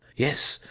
yes,